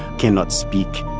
cannot speak,